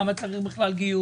למה צריך גיור?